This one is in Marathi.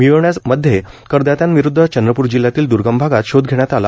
मिळविण्यामध्ये करदात्याविरूद्ध चंद्रपूर जिल्ह्यातील दुर्गम भागात शोध घेण्यात आला